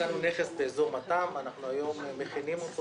מצאנו נכס באזור מת"ם והיום אנחנו מכינים אותו,